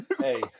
hey